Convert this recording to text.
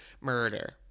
murder